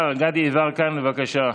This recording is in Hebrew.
סגן השר גדי יברקן, בבקשה.